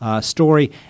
story